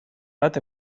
bat